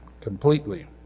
completely